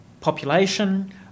population